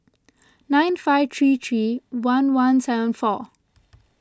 nine five three three one one seven four